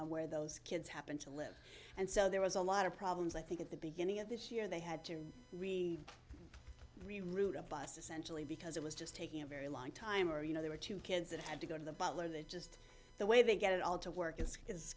on where those kids happen to live and so there was a lot of problems i think at the beginning of this year they had to really really route a bus essentially because it was just taking a very long time or you know there were two kids that had to go to the butler they just the way they get it all to work is i